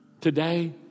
Today